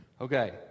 Okay